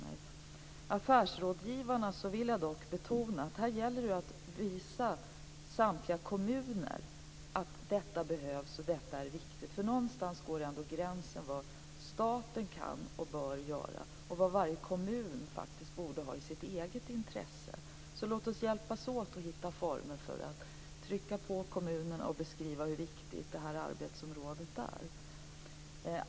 När det gäller affärsrådgivarna vill jag betona att det gäller att visa samtliga kommuner att dessa behövs och är viktiga. Någonstans går ändå gränsen för vad staten kan och bör göra och vad som borde vara i varje kommuns eget intresse att göra. Låt oss hjälpas åt att hitta former för att trycka på kommunerna och beskriva hur viktigt det här arbetsområdet är.